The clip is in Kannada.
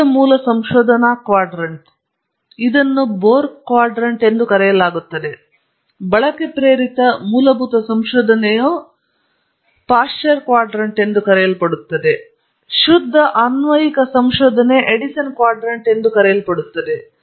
ಶುದ್ಧ ಮೂಲ ಸಂಶೋಧನಾ ಕ್ವಾಡ್ರಾಂಟ್ ಅನ್ನು ಬೋಹ್ರ್ ಕ್ವಾಡ್ರಂಟ್ ಎಂದು ಕರೆಯಲಾಗುತ್ತದೆ ಬಳಕೆ ಪ್ರೇರಿತ ಮೂಲಭೂತ ಸಂಶೋಧನೆಯು ಪಾಶ್ಚರ್ ಕ್ವಾಡ್ರಂಟ್ ಎಂದು ಕರೆಯಲ್ಪಡುತ್ತದೆ ಶುದ್ಧ ಅನ್ವಯಿಕ ಸಂಶೋಧನೆ ಎಡಿಸನ್ ಕ್ವಾಡ್ರಂಟ್ ಎಂದು ಕರೆಯಲ್ಪಡುತ್ತದೆ